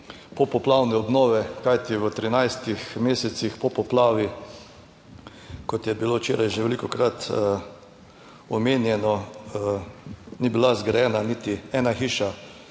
popoplavne obnove, kajti v 13 mesecih po poplavi, kot je bilo včeraj že velikokrat omenjeno, ni bila zgrajena niti ena hiša